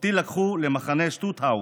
אותי לקחו למחנה שטוטהוף,